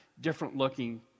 different-looking